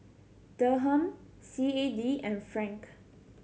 Dirham C A D and Franc